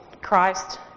christ